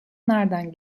nereden